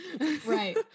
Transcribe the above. Right